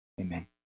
Amen